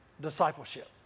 discipleship